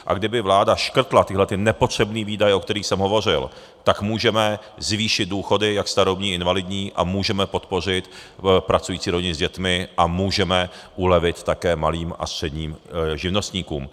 A kdyby vláda škrtla tyhlety nepotřebné výdaje, o kterých jsem hovořil, tak můžeme zvýšit důchody jak starobní, invalidní a můžeme podpořit pracující rodiny s dětmi a můžeme ulevit také malým a středním živnostníkům.